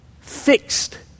fixed